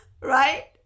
Right